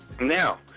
Now